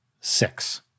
six